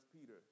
Peter